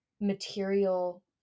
material